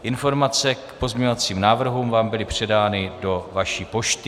Informace k pozměňovacím návrhům vám byly předány do vaší pošty.